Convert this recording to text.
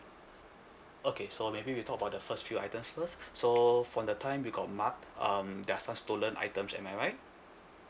okay so maybe we talk about the first few items first so from the time you got mugged um there are some stolen items am I right